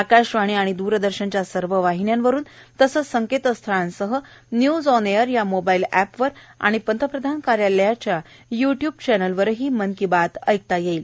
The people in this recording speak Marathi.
आकाशवाणी आणि द्रदर्शनच्या सर्व वाहिण्यांवरून तसंच संकेतस्थळांसह न्यूज ऑन एअर या मोबाईल एपवर आणि पंतप्रधान कार्यालयाच्या युट्यूब चॅनलवरही मन की बात ऐकता येईल